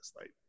light